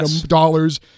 dollars